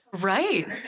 Right